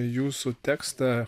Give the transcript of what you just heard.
jūsų tekstą